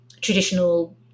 traditional